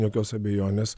jokios abejonės